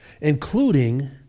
including